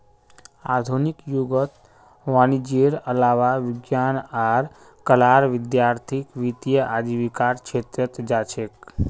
आधुनिक युगत वाणिजयेर अलावा विज्ञान आर कलार विद्यार्थीय वित्तीय आजीविकार छेत्रत जा छेक